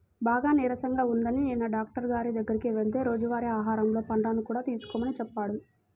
బాగా నీరసంగా ఉందని నిన్న డాక్టరు గారి దగ్గరికి వెళ్తే రోజువారీ ఆహారంలో పండ్లను కూడా తీసుకోమని చెప్పాడు